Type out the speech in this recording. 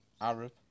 Arab